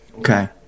okay